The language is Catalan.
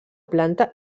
planta